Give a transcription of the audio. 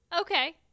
Okay